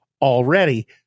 already